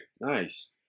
Nice